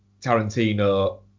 tarantino